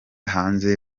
hanze